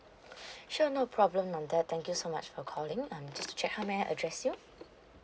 sure no problem on that thank you so much for calling um just to check how may I address you